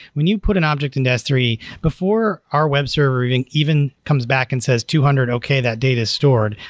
when you put an object into s three, before our web server even even comes back and says, two hundred. okay, that data is stored.